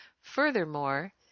Furthermore